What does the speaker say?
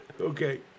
Okay